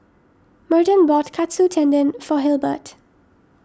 Merton bought Katsu Tendon for Hilbert